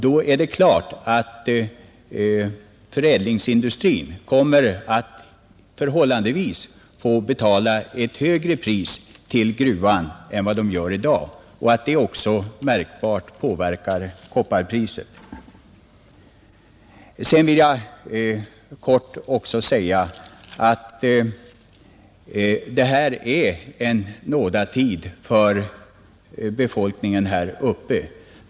Det är klart att förädlingsindustrin kommer att få betala ett förhållandevis högre pris till gruvan än vad som sker i dag, och det påverkar märkbart kopparpriset. Jag vill också helt kort säga att detta är en nådatid för befolkningen här uppe.